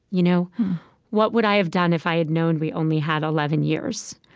you know what would i have done if i had known we only had eleven years?